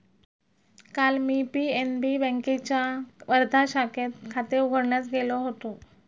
काल मी पी.एन.बी बँकेच्या वर्धा शाखेत खाते उघडण्यास गेलो होतो